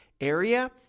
area